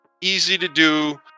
easy-to-do